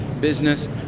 business